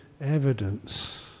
evidence